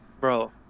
bro